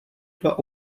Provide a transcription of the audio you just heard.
dva